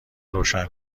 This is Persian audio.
روشن